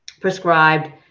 prescribed